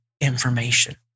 information